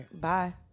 bye